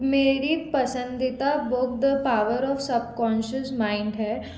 मेरी पसंदीदा book the power of subconscious mind है